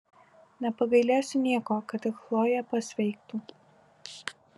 nepagailėsiu nieko kad tik chlojė pasveiktų